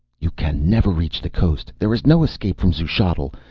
you can never reach the coast! there is no escape from xuchotl!